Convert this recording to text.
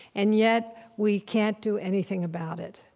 and yet we can't do anything about it,